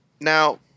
Now